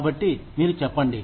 కాబట్టి మీరు చెప్పండి